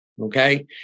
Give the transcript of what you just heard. Okay